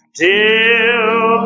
till